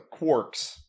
quarks